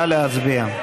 נא להצביע.